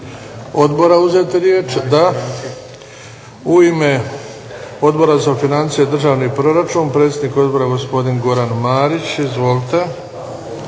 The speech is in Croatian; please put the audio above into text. odbora uzeti riječ? Da. U ime Odbora za financije i državni proračun, predsjednik Odbora gospodin Goran Marić. Izvolite.